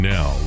Now